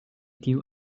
tiu